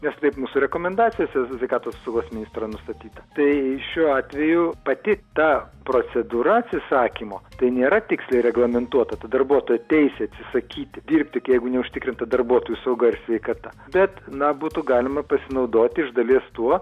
nes taip mūsų rekomendacijose sveikatos apsaugos ministro nustatyta tai šiuo atveju pati ta procedūra atsisakymo tai nėra tiksliai reglamentuota tų darbuotojų teisė atsisakyti dirbti jeigu neužtikrinta darbuotojų saugą ir sveikata bet na būtų galima pasinaudoti iš dalies tuo